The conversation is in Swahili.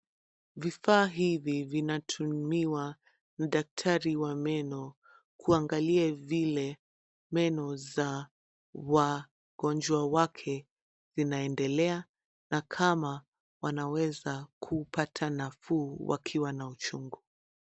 Vifaa hivi vinatumiwa na daktari wa meno kuangalia vile meno za wagonjwa wake vinaendelea na kama wanaweza kupata nafuu wakiwa na uchungu.